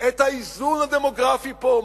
את האיזון הדמוגרפי פה?